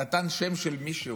נתן שם של מישהו.